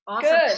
Good